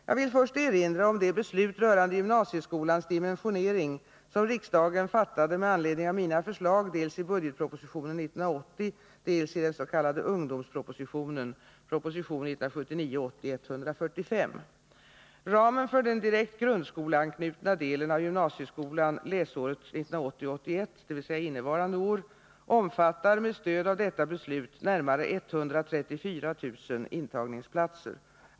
Jag vill först erinra om det beslut rörande gymnasieskolans dimensionering som riksdagen fattade med anledning av mina förslag dels i budgetpropositionen 1980, i den s.k. ungdomspropositionen (prop. 1979 81, dvs. innevarande år, omfattar med stöd av detta beslut närmare 134 000 intagningsplatser.